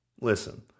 Listen